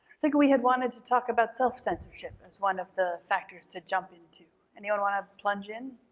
think we had wanted to talk about self-censorship as one of the factors to jump into. anyone want to plunge in?